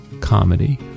comedy